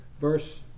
verse